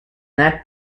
nat